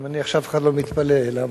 אני מניח שאף אחד לא מתפלא למה